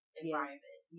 environment